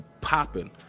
popping